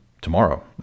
Tomorrow